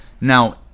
Now